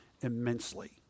immensely